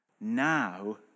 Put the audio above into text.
Now